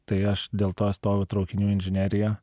tai aš dėl to stojau į traukinių inžineriją